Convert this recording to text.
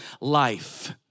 life